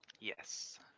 Yes